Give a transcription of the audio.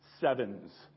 sevens